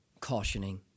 cautioning